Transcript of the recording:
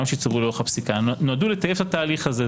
שהצטברו לאורך הפסיקה נועדו לטייב את התהליך הזה.